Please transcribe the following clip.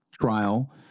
trial